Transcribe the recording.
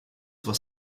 was